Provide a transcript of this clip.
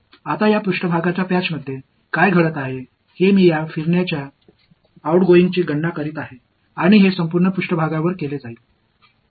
இப்போது இங்கே இந்த மேற்பரப்பு திட்டுகளில் என்ன நடக்கிறது என்றாள் இந்த சுழற்சியின் வெளிச்செல்லும் ஃப்ளக்ஸை நான் கணக்கிடுகிறேன் அது முழு மேற்பரப்பிலும் செய்யப்பட வேண்டும்